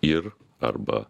ir arba